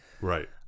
right